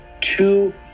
two